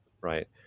Right